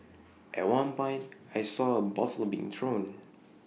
at one point I saw A bottle being thrown